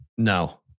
No